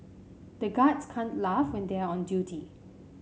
the guards can't laugh when they are on duty